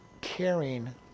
caring